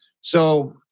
So-